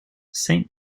saint